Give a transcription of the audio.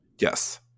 yes